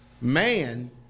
man